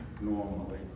normally